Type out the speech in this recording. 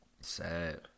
Sad